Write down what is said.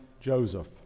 Joseph